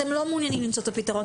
אתם לא מעוניינים למצוא את הפתרון,